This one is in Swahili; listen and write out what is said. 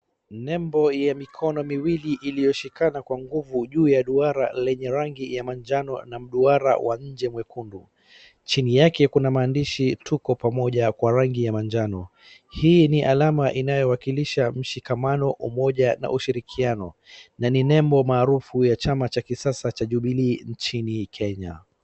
Nembo ya mikono miwili iliyoshikana kwa nguvu juu ya duara lenye rangi ya manjano na mduara wa mwekundu. Chini yake kuna maandishi ya tuko pamoja kwa rangi ya manjano. Hii ni alama inayowakilisha mshikamano, umoja na ushirikiano, na ni nembo maarufu ya chama cha Jubilee nchini Kenya.